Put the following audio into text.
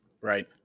right